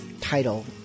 title